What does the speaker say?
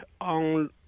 on